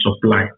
supply